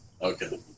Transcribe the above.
Okay